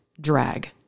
drag